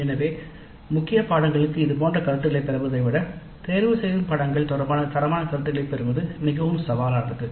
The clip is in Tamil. எனவே முக்கிய பாடநெறிகளுக்கு இதுபோன்ற கருத்துகளைப் பெறுவதை விட தேர்ந்தெடுக்கப்பட்ட பாடநெறிகள் தொடர்பான தரமான கருத்துகளைப் பெறுவது மிகவும் சவாலானது